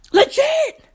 Legit